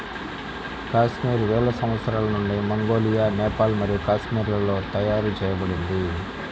కాశ్మీర్ వేల సంవత్సరాల నుండి మంగోలియా, నేపాల్ మరియు కాశ్మీర్లలో తయారు చేయబడింది